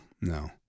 no